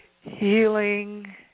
Healing